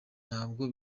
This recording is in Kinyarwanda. ntabwo